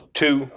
two